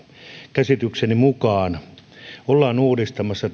käsitykseni mukaan ollaan uudistamassa